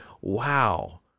wow